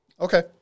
Okay